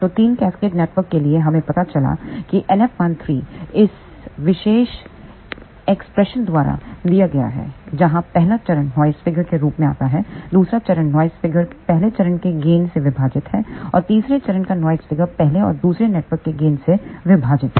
तो 3 cascade network के लिए हमें पता चला कि NF13 इस विशेष एक्सप्रेशन द्वारा दिया गया है जहाँ पहला चरण नॉइस फिगर के रूप में आता है दूसरा चरण नॉइस फिगर पहले चरण के गेन से विभाजित है और तीसरे चरण का नॉइस फिगर पहले और दूसरे नेटवर्क के गेन से विभाजित है